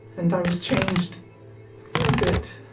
and i was changed a bit.